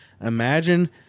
imagine